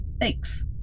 thanks